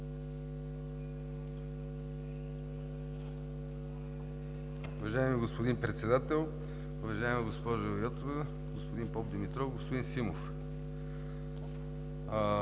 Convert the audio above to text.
уважаеми господин Председател. Уважаема госпожо Йотова, господин Попдимитров, господин Симов!